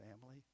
family